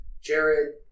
Jared